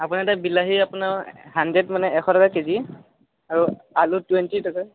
আপোনাৰ তাত বিলাহী আপোনাৰ হাণ্ড্ৰেড মানে এশ টকা কেজি আৰু আলু টুৱেন্টি টকা